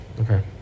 Okay